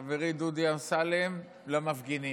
חברי דודי אמסלם, למפגינים.